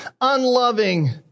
unloving